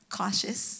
cautious